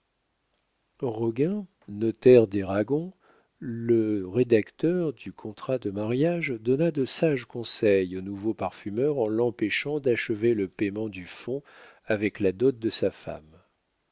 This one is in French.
départ roguin notaire des ragon le rédacteur du contrat de mariage donna de sages conseils au nouveau parfumeur en l'empêchant d'achever le payement du fonds avec la dot de sa femme